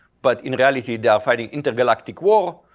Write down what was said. but in reality they are fighting intergalactic war,